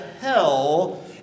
hell